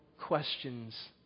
questions